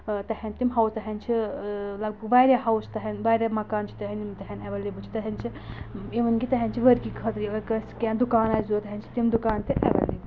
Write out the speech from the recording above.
تَہندۍ تِم ہاوُس تہِ چھِ لگ بگ واریاہ ہاوُس تَہَندۍ واریاہ مَکان چھِ تِم تہِ ایویلیبٕل چھِ تِہنٛدۍ چھِ اِوٕن کہِ تہِ چھِ ؤرک خٲطرٕ کٲنٛسہِ کینٛہہ دُکان آسہِ دوٚپ تہِ چھِ تِم دُکان تہِ اؠویلیبٕل